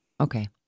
Okay